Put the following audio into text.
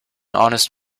honest